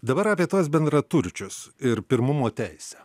dabar apie tuos bendraturčius ir pirmumo teisę